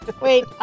Wait